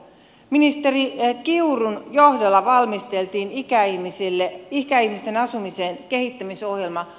ministeri kiurun johdolla valmisteltiin ikäihmisten asumisen kehittämisohjelma